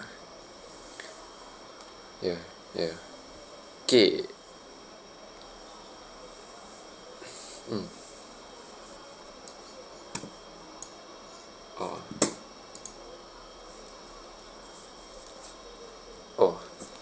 ya ya kay mm ah orh